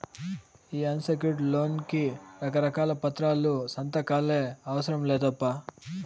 ఈ unsecured loan కి రకారకాల పత్రాలు, సంతకాలే అవసరం లేదప్పా